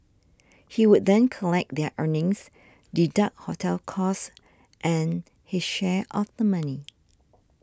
he would then collect their earnings deduct hotel costs and his share of the money